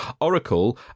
Oracle